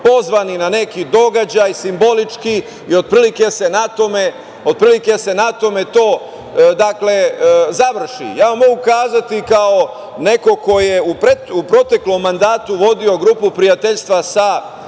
pozvani na neki događaj simbolički i otprilike se na tome to završi. Mogu kazati, kao neko ko je u proteklom mandatu vodio grupu prijateljstva sa